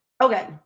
Okay